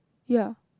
ya